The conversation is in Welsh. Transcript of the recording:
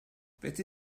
fedri